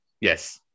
Yes